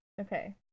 Okay